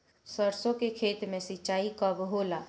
सरसों के खेत मे सिंचाई कब होला?